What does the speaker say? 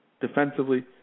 Defensively